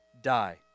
die